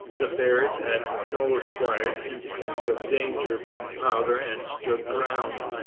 the bears had no acquired instinct of danger from powder and stood ground.